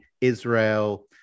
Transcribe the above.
Israel